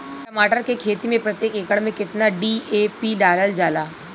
टमाटर के खेती मे प्रतेक एकड़ में केतना डी.ए.पी डालल जाला?